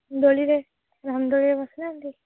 ଦୋଳିରେ ରାମ ଦୋଳିରେ ବସି ନାହାନ୍ତି